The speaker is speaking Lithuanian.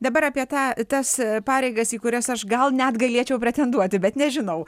dabar apie tą tas pareigas į kurias aš gal net galėčiau pretenduoti bet nežinau